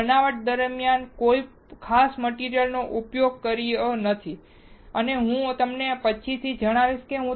આપણે બનાવટ દરમિયાન કોઈ ખાસ મટીરીઅલનો ઉપયોગ કરી રહ્યાં નથી અને હું તમને પછીથી જણાવીશ